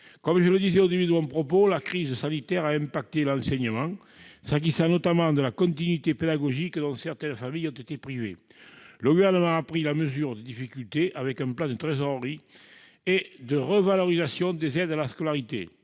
Comme je le soulignais au début de mon propos, la crise sanitaire a affecté l'enseignement, s'agissant notamment de la continuité pédagogique dont certaines familles ont été privées. Le Gouvernement a pris la mesure des difficultés en prévoyant un plan de trésorerie et de revalorisation des aides à la scolarité.